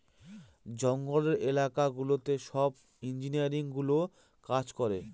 জঙ্গলের এলাকা গুলোতে সব ইঞ্জিনিয়ারগুলো কাজ করে